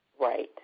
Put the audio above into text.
Right